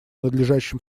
надлежащим